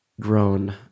grown